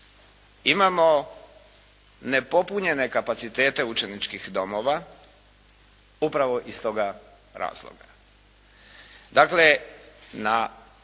imamo nepopunjene kapacitete učeničkih domova upravo iz toga razloga. Dakle na ta